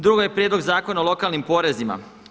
Drugo je Prijedlog zakona o lokalnim porezima.